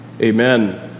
Amen